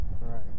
Right